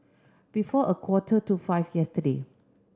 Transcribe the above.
before a quarter to five yesterday